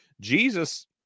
Jesus